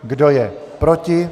Kdo je proti?